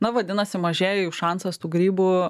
na vadinasi mažėja jau šansas tų grybų